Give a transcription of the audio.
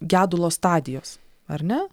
gedulo stadijos ar ne